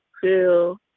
feel